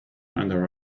under